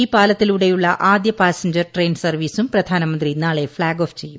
ഈ പാലത്തിലൂടെയുള്ള ആദ്യ പാസഞ്ചർ ട്രെയിൻ സർവീസും പ്രധാനമന്ത്രി നാളെ ഫ്ളാഗ് ഓഫ് ചെയ്യും